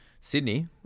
Sydney